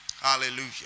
Hallelujah